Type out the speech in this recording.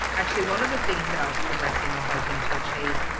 actually one of the things that i was progressing or hoping to achieve,